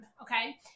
okay